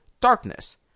darkness